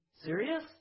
Serious